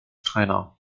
trainer